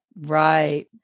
Right